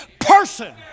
person